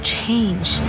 change